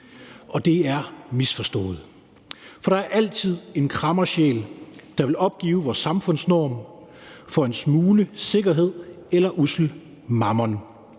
Og det er misforstået, for der er altid en kræmmersjæl, der vil opgive vores samfundsnorm for en smule sikkerhed eller ussel mammon.